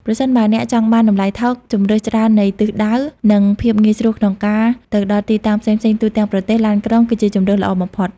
ប្រសិនបើអ្នកចង់បាន តម្លៃថោក ជម្រើសច្រើននៃទិសដៅ និង ភាពងាយស្រួល ក្នុងការទៅដល់ទីតាំងផ្សេងៗទូទាំងប្រទេស ឡានក្រុង គឺជាជម្រើសល្អបំផុត។